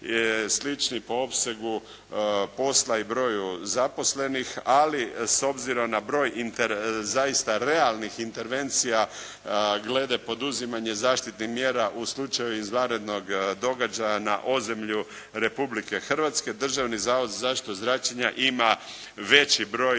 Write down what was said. slični po opsegu posla i broju zaposlenih, ali s obzirom na broj zaista realnih intervencija glede poduzimanja zaštitnih mjera u slučaju izvanrednog događaja na ozemlju Republike Hrvatske, Državni zavod za zaštitu od zračenja ima veći broj